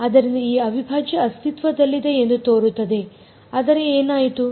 ಆದ್ದರಿಂದ ಈ ಅವಿಭಾಜ್ಯ ಅಸ್ತಿತ್ವದಲ್ಲಿದೆ ಎಂದು ತೋರುತ್ತದೆ ಆದರೆ ಏನಾಯಿತು